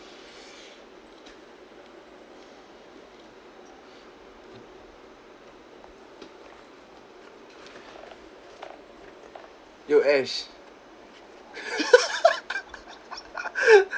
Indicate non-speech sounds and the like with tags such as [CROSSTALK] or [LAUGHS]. yo ash [LAUGHS]